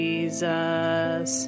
Jesus